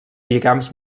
lligams